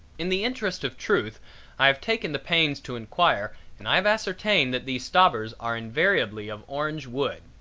in the interest of truth i have taken the pains to enquire and i have ascertained that these stobbers are invariably of orange wood.